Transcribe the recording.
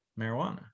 marijuana